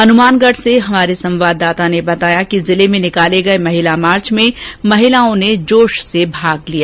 हनुमानगढ से हमारे संवाददाता ने बताया कि जिले में निकाले गए महिला मार्च में महिलाओं ने जोश से भाग लिया